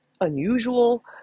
unusual